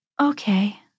okay